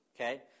Okay